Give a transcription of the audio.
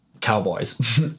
Cowboys